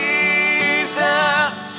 Jesus